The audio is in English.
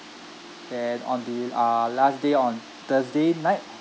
then on the uh last day on thursday night